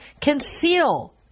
conceal